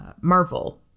Marvel